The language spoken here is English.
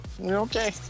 Okay